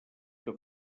que